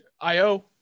i-o